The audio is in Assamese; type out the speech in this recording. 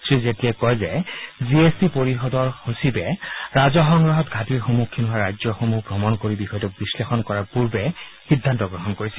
শ্ৰীজেটলীয়ে কয় যে জি এছ টি পৰিষদৰ সচিবে ৰাজহ সংগ্ৰহত ঘাটিৰ সন্মুখীন হোৱা ৰাজ্যসমূহ ভ্ৰমণ কৰি বিষয়টো বিশ্লেষণ কৰাৰ বাবে পূৰ্বে সিদ্ধান্ত গ্ৰহণ কৰিছিল